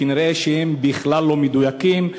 נראה שהם בכלל לא מדויקים.